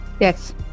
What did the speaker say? Yes